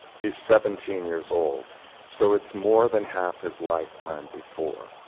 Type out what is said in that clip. he's seventeen years old so it's more than half his lifetime before.